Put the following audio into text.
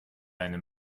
eine